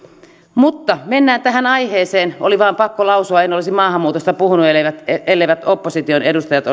mutta mennään tähän aiheeseen oli vain pakko lausua en olisi maahanmuutosta puhunut elleivät elleivät opposition edustajat